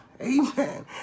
Amen